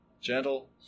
Gentle